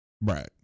Right